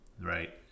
right